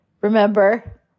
remember